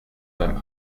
beim